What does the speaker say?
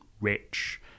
rich